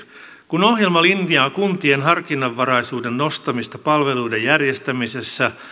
kun ohjelma linjaa kuntien harkinnanvaraisuuden nostamista palveluiden järjestämisessä